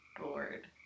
bored